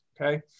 okay